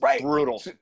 brutal